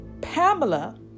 Pamela